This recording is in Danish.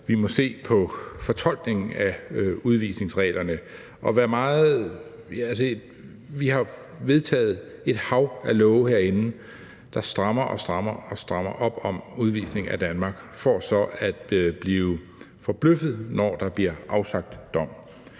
vi må se på fortolkningen af udvisningsreglerne. Vi har jo vedtaget et hav af love herinde, der strammer og strammer op om udvisning af Danmark, for så at blive forbløffede, når der bliver afsagt dom.